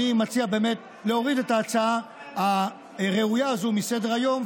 אני מציע באמת להוריד את ההצעה הראויה הזאת מסדר-היום,